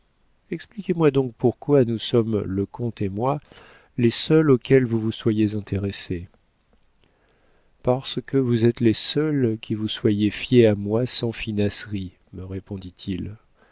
expliquez-moi donc pourquoi nous sommes le comte et moi les seuls auxquels vous vous soyez intéressés parce que vous êtes les seuls qui vous soyez fiés à moi sans finasserie me